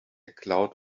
cloud